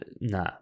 nah